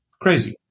Crazy